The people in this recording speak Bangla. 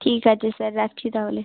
ঠিক আছে স্যার রাখছি তাহলে